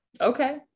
Okay